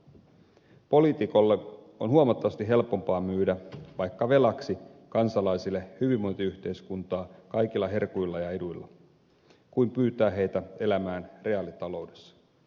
poliitikon on huomattavasti helpompaa myydä vaikka velaksi kansalaisille hyvinvointiyhteiskuntaa kaikilla herkuilla ja eduilla kuin pyytää heitä elämään reaalitaloudessa